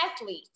athlete